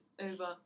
over